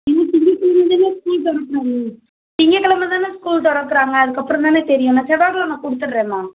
ஏங்க திங்கக்கிலம தானே ஸ்கூல் திறக்குறாங்க திங்கக்கிலம தானே ஸ்கூல் திறக்குறாங்க அதுக்கப்புறம் தானே தெரியும் நான் செவ்வாக்கிலம கொடுத்துர்றேன்ம்மா